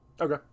Okay